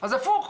אז הפוך,